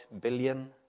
billion